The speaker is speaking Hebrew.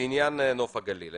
לעניין נוף הגליל.